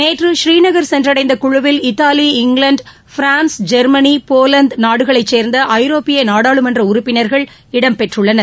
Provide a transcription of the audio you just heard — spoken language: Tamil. நேற்று பூநீநகர் சென்றடைந்த குழுவில் Italy England France Germany Poland நாடுகளைச் சேர்ந்த ஐரோப்பிய நாடாளுமன்ற உறுப்பினர்கள் இடம்பெற்றுள்ளனர்